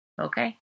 okay